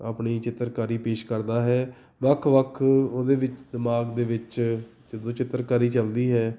ਆਪਣੀ ਚਿੱਤਰਕਾਰੀ ਪੇਸ਼ ਕਰਦਾ ਹੈ ਵੱਖ ਵੱਖ ਉਹਦੇ ਵਿੱਚ ਦਿਮਾਗ ਦੇ ਵਿੱਚ ਜਦੋਂ ਚਿੱਤਰਕਾਰੀ ਚੱਲਦੀ ਹੈ